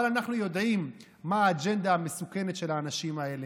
אבל אנחנו יודעים מה האג'נדה המסוכנת של האנשים האלה,